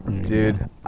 Dude